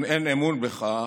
אם אין אמון בך,